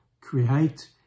create